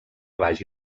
vagi